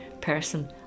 person